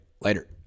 later